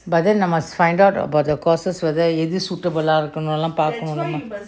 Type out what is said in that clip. but then I must find out about the courses whether எது:ethu suitable ah இருக்குனு பாக்கணும்:irukkunu paakanum lah